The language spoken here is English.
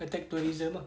attack tourism ah